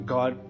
God